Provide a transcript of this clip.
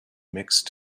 mixed